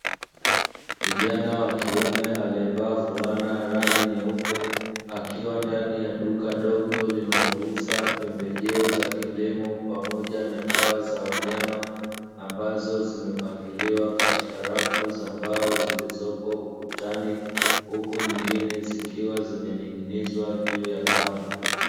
Kijana wa kiume aliyevaa fulana ya rangi nyeupe, akiwa ndani ya duka dogo linalouza pembejeo za kilimo pamoja na dawa za wanyama, ambazo zimepangiliwa rafu za mbao zilizopo ukutani, huku nyingine zikiwa zimening'inizwa juu ya kamba.